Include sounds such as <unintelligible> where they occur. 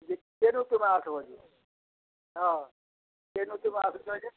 <unintelligible> ଆଠ୍ ବଜେ ହଁ କେନୁ ତୁମେ ଆସୁଚ ଯେ